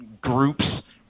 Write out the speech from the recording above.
groups